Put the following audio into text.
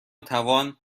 توان